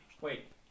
Wait